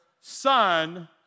Son